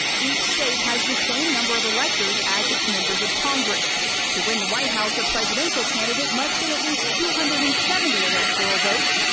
each state has the same number of electors as its members of congress to win the white house, a presidential candidate must get at least two hundred and seventy electoral votes.